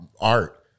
art